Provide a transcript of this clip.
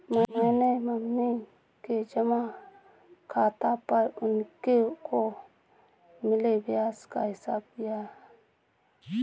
मैंने मम्मी के जमा खाता पर उनको मिले ब्याज का हिसाब किया